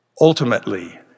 Ultimately